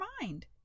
mind